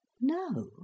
No